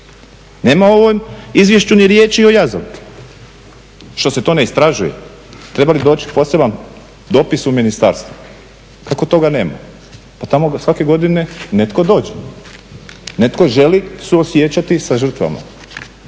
Nema u ovom izvješću ni riječi o Jazovki. Što se to ne istražuje? Treba li doći poseban dopis u ministarstvo? Kako toga nema? Pa tamo da svake godine netko dođe. Netko želi suosjećati sa žrtvama.